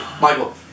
Michael